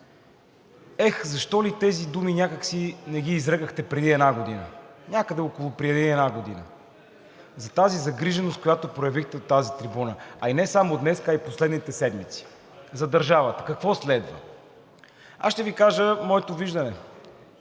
ех, защо ли тези думи някак си не ги изрекохте преди една година, някъде преди около една година? За тази загриженост, която проявихте от тази трибуна, а и не само днес, а и последните седмици, за държавата какво следва? Аз ще Ви кажа моето виждане.